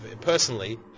personally